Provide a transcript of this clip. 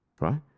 Right